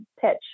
pitch